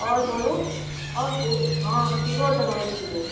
आओर बोलू आओर किछु हँ खीरो देलहुॅं एक किलो